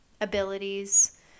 abilities